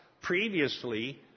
previously